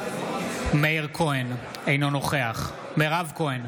בעד מאיר כהן, אינו נוכח מירב כהן,